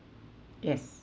yes